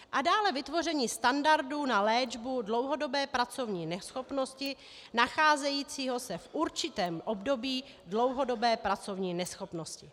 A dále vytvoření standardu na léčbu dlouhodobé pracovní neschopnosti nacházejícího se v určitém období dlouhodobé pracovní neschopnosti.